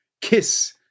Kiss